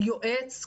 יועץ,